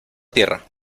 tierra